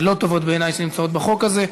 לא טובות בעיני, שנמצאות בחוק הזה.